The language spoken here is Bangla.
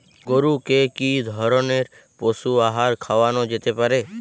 গরু কে কি ধরনের পশু আহার খাওয়ানো যেতে পারে?